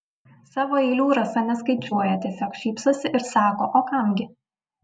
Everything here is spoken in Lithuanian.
savo eilių rasa neskaičiuoja tiesiog šypsosi ir sako o kam gi